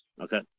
Okay